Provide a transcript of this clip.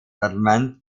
settlement